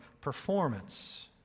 performance